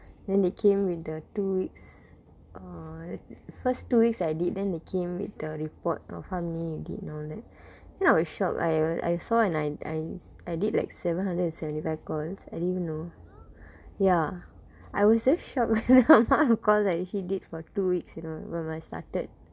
then they came with the two weeks err first two weeks I did then they came with the report of how many you did down there then I was shocked I I saw and I I I did like seven hundred and seventy five calls I didn't know ya I was damn shocked at the amount of calls I actually did for two weeks you know when I started